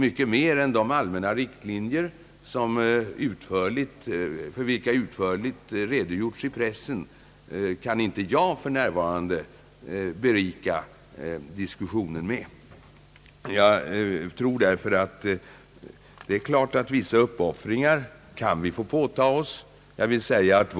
Mycket mer än de allmänna riktlinjer, för vilka utförligt redogjorts i pressen, kan jag för närvarande inte berika diskussionen med. Det är klart att vi kan få påta oss vissa uppoffringar.